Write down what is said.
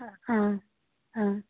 ꯑꯥ ꯑꯥ